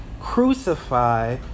crucify